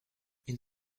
ils